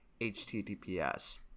HTTPS